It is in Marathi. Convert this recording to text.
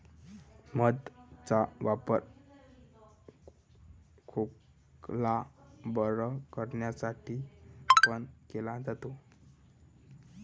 मध चा वापर खोकला बरं करण्यासाठी पण केला जातो